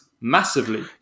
massively